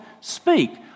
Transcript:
speak